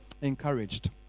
encouraged